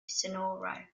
sonora